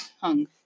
hung